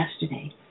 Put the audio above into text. yesterday